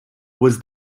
was